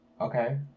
Okay